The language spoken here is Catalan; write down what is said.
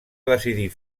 decidir